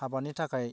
हाबानि थाखाय